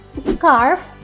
scarf